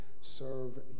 serve